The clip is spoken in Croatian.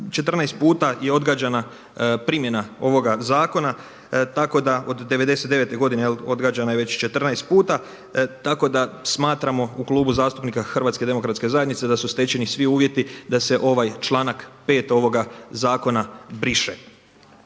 14 puta je odgađana primjena ovoga zakona tako da od 1999. godine odgađana je već 14 puta, tako da smatramo u Klubu zastupnika Hrvatske demokratske zajednice da su stečeni svi uvjeti da se ovaj članak 5. ovoga zakona briše.